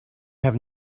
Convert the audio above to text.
have